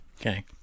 Okay